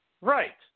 right